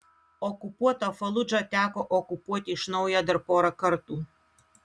okupuotą faludžą teko okupuoti iš naujo dar porą kartų